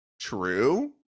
true